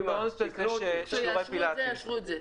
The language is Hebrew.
זה אותו דבר כיוון שגם להולמס פלייס יש שיעורי פילאטיס.